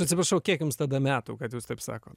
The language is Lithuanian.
atsiprašau kiek jums tada metų kad jūs taip sako